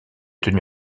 tenu